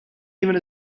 even